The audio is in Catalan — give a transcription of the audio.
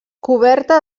coberta